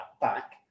back